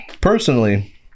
personally